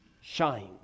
shines